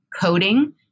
coding